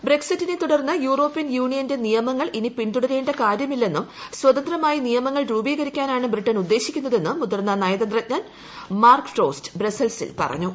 ബ്രക്സിറ്റിനെ തുടർന്ന് യൂറോപ്യൻ യൂണിയന്റെ നിയമങ്ങൾ ഇനി പിന്തുടരേണ്ട കാര്യമില്ലെന്നും സ്വന്തമായി നിയമങ്ങൾ രൂപീകരിക്കാനാണ് ബ്രിട്ടൺ ഉദ്ദേശിക്കുന്നതെന്നും മുതിർന്ന നയതന്ത്രജ്ഞൻ മാർക്ക് ഫ്രോസ്റ്റ് ബ്രസൽസിൽ പറഞ്ഞു